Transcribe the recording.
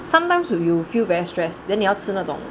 sometimes you you feel very stress then 你要吃那种